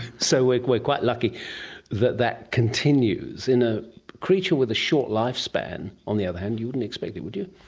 so like we're quite lucky that that continues. in a creature with a short lifespan, on the other hand, you wouldn't expect it, would you?